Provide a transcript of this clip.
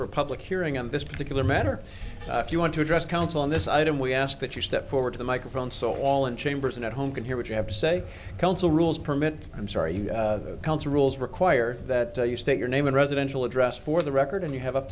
a public hearing on this particular matter if you want to address counsel on this item we ask that you step forward to the microphone so all in chambers and at home can hear what you have council rules permit i'm sorry you are rules require that you state your name and residential address for the record and you have up